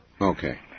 Okay